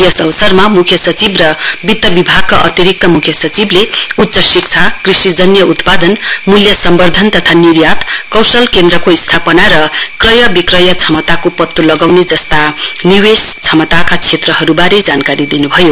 यस अवसरमा मुख्य सचिव र वित्त विभागका अतिरिक्त मुख्य सचिवले उच्च शिक्षा कृषि उत्पादन मूल्य सम्वर्धन तथा निर्यात कौशल केन्द्रको स्थापना र क्रय विक्रय क्षमताको पत्तो लगाउने जस्ता निवेष क्षमताका क्षेत्रहरूबारे जानकारी दिनुभयो